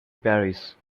paris